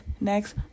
next